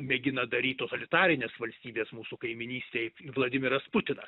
mėgina daryt totalitarinės valstybės mūsų kaimynystėj vladimiras putinas